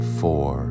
four